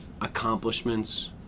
accomplishments